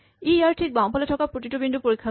ই ইয়াৰ ঠিক বাঁওফালে থকা প্ৰতিটো বিন্দু পৰীক্ষা কৰিব